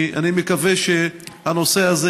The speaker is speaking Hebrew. אני מקווה שהנושא הזה